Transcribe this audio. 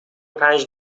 پنج